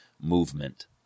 movement